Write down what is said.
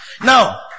Now